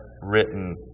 written